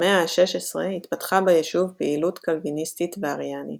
במאה ה-16 התפתחה ביישוב פעילות קלוויניסטית ואריאנית.